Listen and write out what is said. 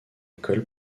école